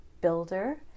builder